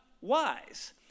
wise